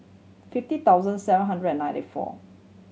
fifty thousand seven hundred and ninety four